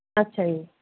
ਅੱਛਾ ਜੀ